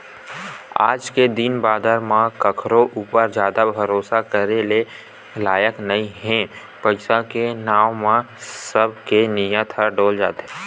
आज के दिन बादर म कखरो ऊपर जादा भरोसा करे के लायक नइ हे पइसा के नांव म सब के नियत ह डोल जाथे